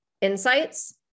insights